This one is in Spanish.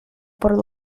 por